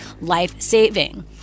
life-saving